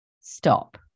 stop